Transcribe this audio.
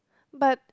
but